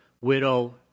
widow